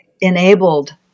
enabled